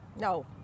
No